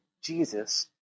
Jesus